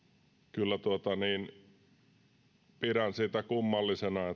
kyllä pidän sitä kummallisena